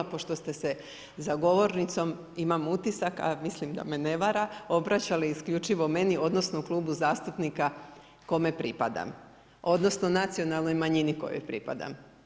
Pošto ste se za govornicom, imam utisak, a mislim, da me ne vara obraćali isključivo meni, odnosno, Klubu zastupnika kome pripadam, odnosno, nacionalnoj manjini kojoj pripadam.